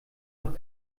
doch